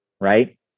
right